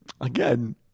Again